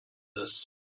this